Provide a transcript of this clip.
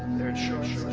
their insurance